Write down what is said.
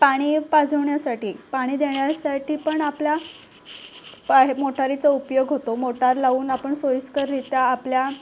पाणी एक पाजवण्यासाठी पाणी देण्यासाठीपण आपला हे मोटारीचा उपयोग होतो मोटार लावून आपण सोयीस्कररीत्या आपल्या